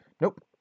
nope